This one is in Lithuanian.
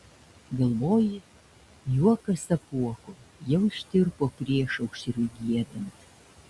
galvoji juokas apuoko jau ištirpo priešaušriui giedant